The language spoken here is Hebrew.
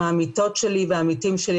עם העמיתות שלי והעמיתים שלי,